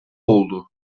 oldu